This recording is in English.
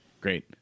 Great